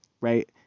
right